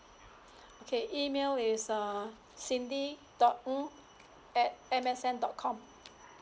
okay email is err cindy dot ng at M S N dot com